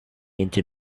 into